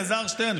אלעזר שטרן,